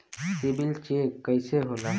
CIBIL check कइसे होला?